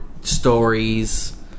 stories